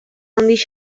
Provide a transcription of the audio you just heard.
handia